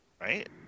right